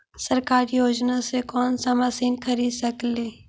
सरकारी योजना से कोन सा मशीन खरीद सकेली?